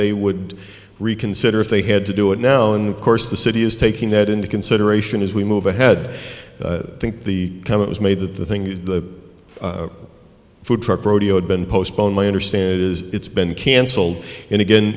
they would reconsider if they had to do it now and of course the city is taking that into consideration as we move ahead i think the time it was made that the thing the food truck rodeo had been postponed my understanding is it's been canceled and again